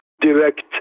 direct